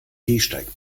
gehsteig